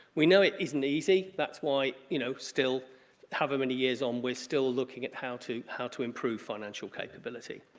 we know it isn't easy that's why you know still however many years on we're still looking at how to how to improve financial capability.